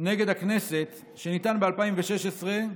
נגד הכנסת, שניתן ב-2016,